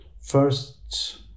First